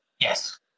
Yes